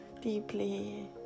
deeply